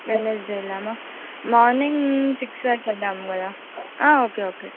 Wednesday వెళ్దామా morning సిక్స్కి అట్లా వెళ్దాం కదా ఓకే ఓకే